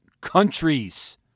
countries